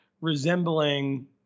resembling